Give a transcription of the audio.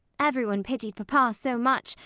everyone pitied papa so much,